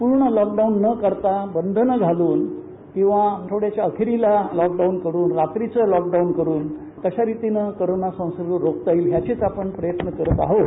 पूर्ण लॉकडाऊन न करता बंधन घालून किंवा आठवड्याच्या अखेरीला लॉकडाऊन करुन रात्रीचं लॉकडाऊन करुन कशा रितीनं कोरोनाचा संसर्ग रोखता येईल असेच आपण प्रयत्न करत आहोत